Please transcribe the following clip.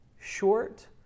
short